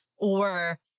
or.